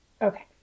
okay